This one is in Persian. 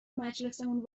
مجلسمون